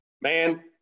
man